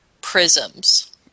prisms